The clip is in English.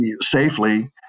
safely